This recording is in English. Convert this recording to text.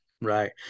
Right